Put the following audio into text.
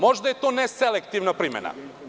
Možda je to neselektivna primena?